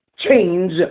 Change